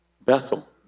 Bethel